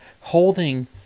holding